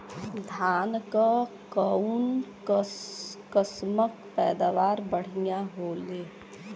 धान क कऊन कसमक पैदावार बढ़िया होले?